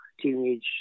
Teenage